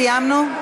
סיימנו?